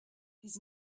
his